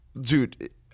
dude